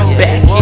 back